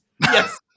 Yes